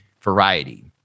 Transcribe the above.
variety